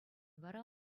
вара